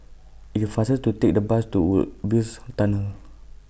IT IS faster to Take The Bus to Woodsville's Tunnel